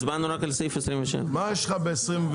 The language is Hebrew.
הצבענו רק על סעיף 27. מה יש לך בסעיף 29?